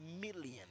million